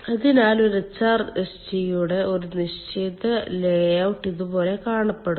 അതിനാൽ ഒരു HRSG യുടെ ഒരു തിരശ്ചീന ലേഔട്ട് ഇതുപോലെ കാണപ്പെടുന്നു